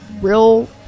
real –